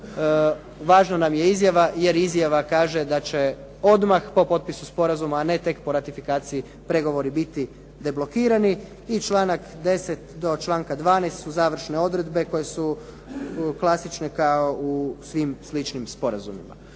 Važna nam je izjava, jer izjava kaže da će odmah po potpisu sporazuma, a ne tek po ratifikaciji pregovori biti deblokirani i članak 10. do članka 12. su završne odredbe koje su klasične kao u svim sličnim sporazumima.